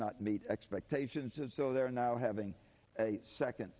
not meet expectations and so they are now having a second